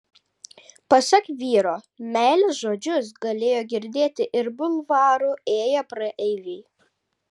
pasak vyro meilės žodžius galėjo girdėti ir bulvaru ėję praeiviai